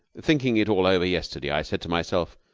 thinking it all over yesterday, i said to myself,